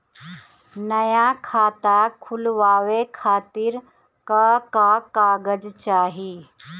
नया खाता खुलवाए खातिर का का कागज चाहीं?